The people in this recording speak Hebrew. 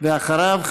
ואחריו,